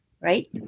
right